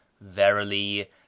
verily